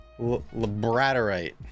Labradorite